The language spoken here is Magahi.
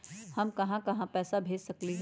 हम कहां कहां पैसा भेज सकली ह?